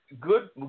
good